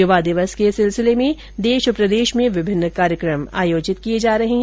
यूवा दिवस के सिलसिले में देश और प्रदेश में विमिन्न कार्यक्रम आयोजित किए जा रहे है